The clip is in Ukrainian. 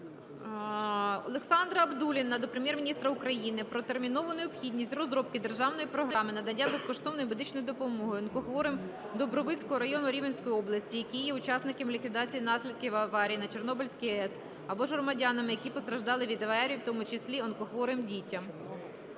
Олександра Абдулліна до Прем'єр-міністра України про термінову необхідність розробки державної програми надання безкоштовної медичної допомоги онкохворим Дубровицького району Рівненської області, які є учасниками ліквідації наслідків аварії на Чорнобильській АЕС або ж громадянами, які постраждали від аварії, у тому числі онкохворим дітям.